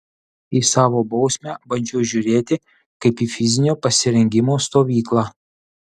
į savo bausmę bandžiau žiūrėti kaip į fizinio pasirengimo stovyklą